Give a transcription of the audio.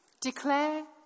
Declare